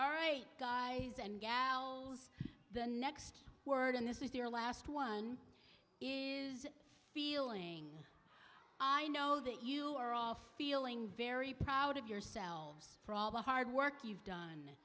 all right guys and gals the next word and this is your last one is feeling i know that you are off feeling very proud of yourselves for all the hard work you've done